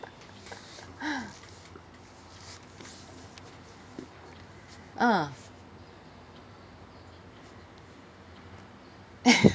ah